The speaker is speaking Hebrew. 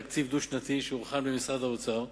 תקציב דו-שנתי שהוכן במשרד האוצר.